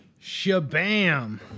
shabam